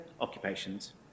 occupations